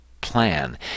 Plan